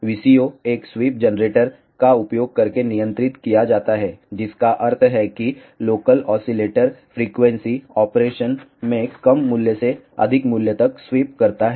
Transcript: VCO एक sweep generator का उपयोग करके नियंत्रित किया जाता है जिसका अर्थ है कि लोकल ओसीलेटर फ्रीक्वेंसी ऑपरेशन में कम मूल्य से अधिक मूल्य तक स्वीप करता है